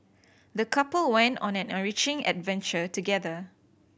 the couple went on an enriching adventure together